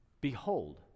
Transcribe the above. Behold